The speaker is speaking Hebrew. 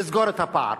לסגור את הפער?